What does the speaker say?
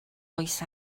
oes